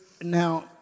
now